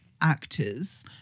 actors